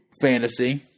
Fantasy